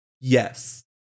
yes